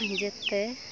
ᱡᱚᱛᱚ